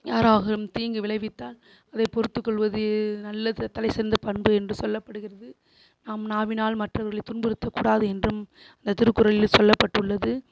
யாராகிலும் தீங்கு விளைவித்தால் அதைப் பொறுத்துக் கொள்வது நல்லது தலை சிறந்த பண்பு என்று சொல்லப்படுகிறது நம் நாவினால் மற்றவர்களைத் துன்புறுத்தக் கூடாது என்றும் அந்தத் திருக்குறளில் சொல்லப்பட்டுள்ளது